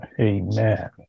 Amen